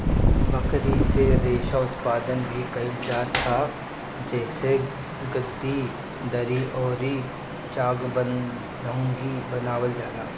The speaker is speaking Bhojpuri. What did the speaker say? बकरी से रेशा उत्पादन भी कइल जात ह जेसे गद्दी, दरी अउरी चांगथंगी बनावल जाएला